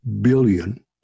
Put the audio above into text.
billion